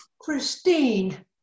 Christine